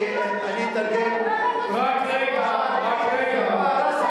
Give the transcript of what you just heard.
הנגב הוא נושא הנוגע לכלל הערבים ויש